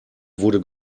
wurde